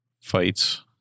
fights